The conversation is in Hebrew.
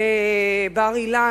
בבר-אילן,